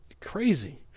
crazy